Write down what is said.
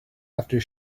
after